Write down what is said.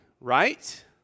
right